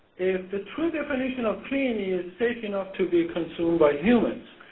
if the true definition of clean is safe enough to be consumed by humans.